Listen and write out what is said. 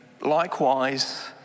likewise